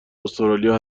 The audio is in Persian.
استرالیا